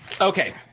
Okay